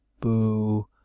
boo